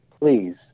please